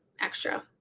extra